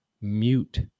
mute